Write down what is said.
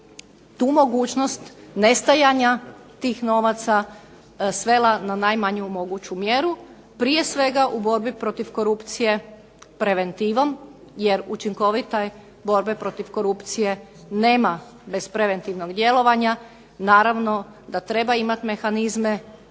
tu mogućnost nestajanja tih novaca svela na najmanju moguću mjeru, prije svega u borbi protiv korupcije preventivom. Jer učinkovite borbe protiv korupcije nema bez preventivnog djelovanja. Naravno da treba imati mehanizme